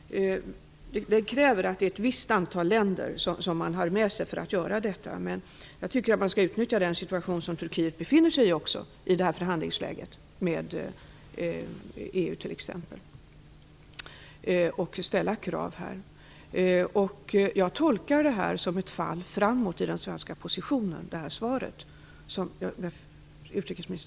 Det krävs att man har med sig ett visst antal länder. Jag tycker man skall utnyttja den situation Turkiet befinner sig i, beträffande t.ex. förhandlingsläget med EU, och ställa krav. Jag tolkar uppgifterna i det svar utrikesministern lämnade som ett fall framåt i den svenska positionen. Är det riktigt?